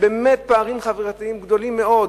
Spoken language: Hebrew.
ובאמת הפערים החברתיים גדולים מאוד,